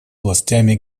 властями